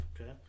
Okay